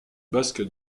basket